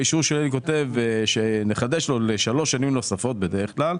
באישור שלי אני כותב שנחדש לו לשלוש שנים נוספות בדרך כלל,